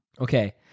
Okay